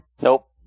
Nope